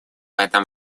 этом